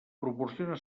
proporciona